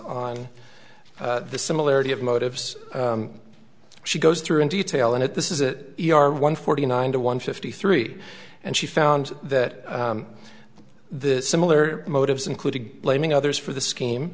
on the similarity of motives she goes through in detail in it this is an e r one forty nine to one fifty three and she found that the similar motives included blaming others for the scheme